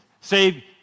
Say